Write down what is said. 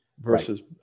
versus